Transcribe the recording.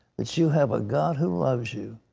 that you have a god who loves you.